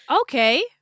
Okay